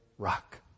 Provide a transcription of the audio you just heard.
Rock